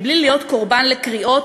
בלי להיות קורבן לקריאות,